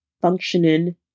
functioning